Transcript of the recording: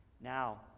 Now